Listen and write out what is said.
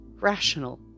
Rational